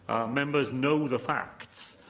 members know the facts,